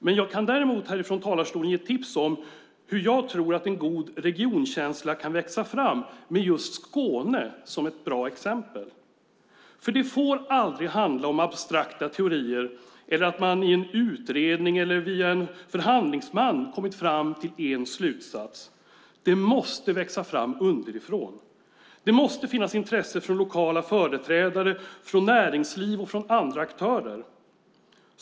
Men jag kan härifrån talarstolen ge tips om hur jag tror att en god regionkänsla kan växa fram med just Skåne som ett bra exempel. Det får aldrig handla om abstrakta teorier eller att man i en utredning eller via en förhandlingsman kommit fram till en slutsats. Det måste växa fram underifrån. Det måste finnas intresse från lokala företrädare, från näringsliv och från andra aktörer.